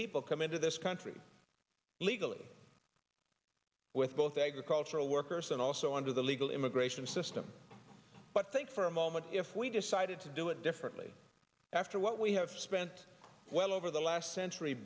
people come into this country legally with both agricultural workers and also under the legal immigration system but think for a moment if we decided to do it differently after what we have spent well over the last century